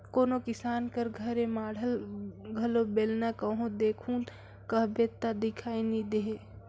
कोनो किसान कर घरे माढ़ल घलो बेलना कहो देखहू कहबे ता दिखई नी देहे